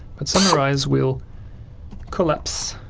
but summarise will collapse